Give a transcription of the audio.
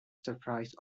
surprise